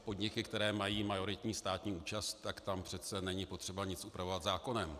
Podniky, které mají majoritní státní účast, tak tam přece není potřeba nic upravovat zákonem.